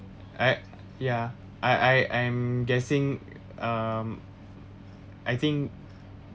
I ya I I I'm guessing um I think